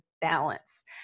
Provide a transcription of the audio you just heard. balance